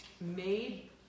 made